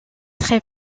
très